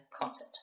concert